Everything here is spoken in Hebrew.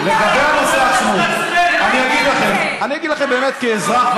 אני אגיד לכם כאזרח,